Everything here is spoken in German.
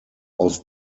aus